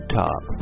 top